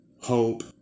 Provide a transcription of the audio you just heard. hope